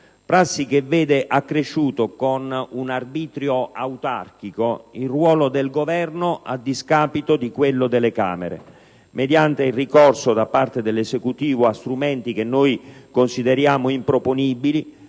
prassi che vede accresciuto, con un arbitrio autarchico, il ruolo del Governo a discapito di quello delle Camere, mediante il ricorso da parte dell'Esecutivo a strumenti che noi consideriamo improponibili,